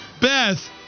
Beth